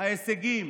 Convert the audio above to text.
ההישגים,